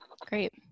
great